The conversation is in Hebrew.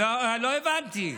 לא הבנתי.